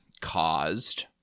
caused